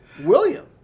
William